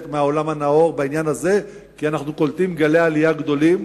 מהעולם הנאור בעניין הזה כי אנחנו קולטים גלי עלייה גדולים,